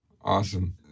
Awesome